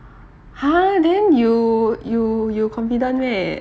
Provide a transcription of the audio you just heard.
!huh! then you you you confident meh